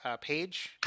page